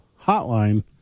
Hotline